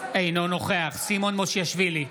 אינו נוכח סימון מושיאשוילי,